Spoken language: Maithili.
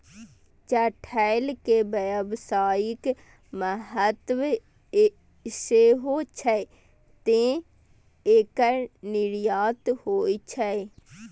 चठैल के व्यावसायिक महत्व सेहो छै, तें एकर निर्यात होइ छै